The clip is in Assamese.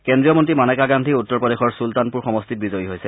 কেন্দ্ৰীয় মন্ত্ৰী মানেকা গান্ধী উত্তৰ প্ৰদেশৰ চুলতানপুৰ সমষ্টিত বিজয়ী হৈছে